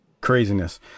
Craziness